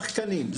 שחקנים,